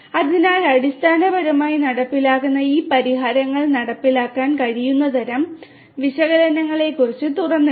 അതിനാൽ അടിസ്ഥാനപരമായി നടപ്പിലാക്കുന്ന ഈ പരിഹാരങ്ങൾ നടപ്പിലാക്കാൻ കഴിയുന്ന തരം വിശകലനങ്ങളെക്കുറിച്ച് തുറന്നിടുന്നു